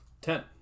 Ten